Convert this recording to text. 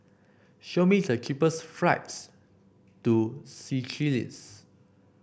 show me the cheapest flights to Seychelles